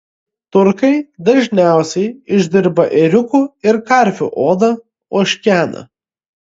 turkai dažniausiai išdirba ėriukų ir karvių odą ožkeną